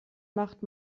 macht